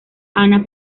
ana